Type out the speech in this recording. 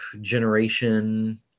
Generation